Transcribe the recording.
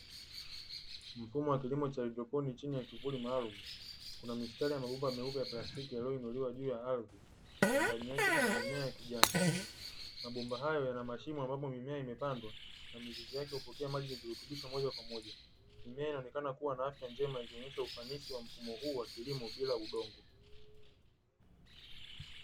Mfumo wa kilimo cha haidroponi chini ya kivuli maalumu, kuna mistari ya mabomba meupe ya plastiki yaliyoinuliwa juu ya ardhi na ndani yake kuna mimea ya kijani. Mabomba hayo yana mashimo ambapo mimea imepandwa na mizizi yake hupokea maji na virutubisho moja kwa moja. Mimea inaonekana kuwa na afya njema ikionyesha ufanisi wa mfumo huu wa kilimo bila udongo.